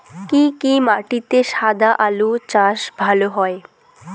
কি কি মাটিতে সাদা আলু চাষ ভালো হয়?